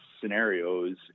scenarios